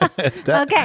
Okay